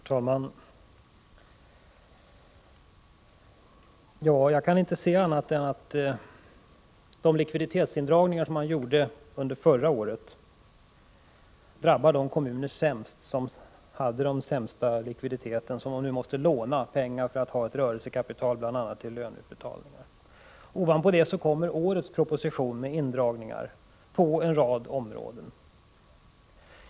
Herr talman! Jag kan inte se annat än att de likviditetsindragningar som gjordes förra året värst drabbar de kommuner som hade den sämsta likviditeten. De måste nu låna pengar för att ha ett rörelsekapital till bl.a. löneutbetalningar. Ovanpå det kommer årets proposition med förslag om indragningar på en rad områden.